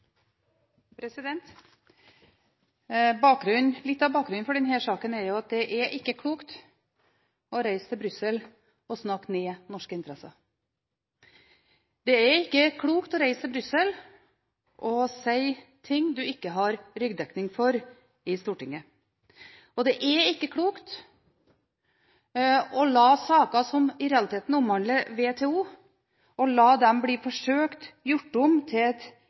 av bakgrunnen for denne saken er at det ikke er klokt å reise til Brussel og snakke ned norske interesser, det er ikke klokt å reise til Brussel og si ting man ikke har ryggdekning for i Stortinget, og det er ikke klokt å la saker som i realiteten omhandler WTO, bli forsøkt gjort om til